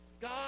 God